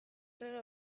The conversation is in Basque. errege